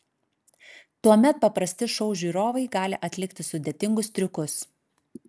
tuomet paprasti šou žiūrovai gali atlikti sudėtingus triukus